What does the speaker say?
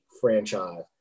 franchise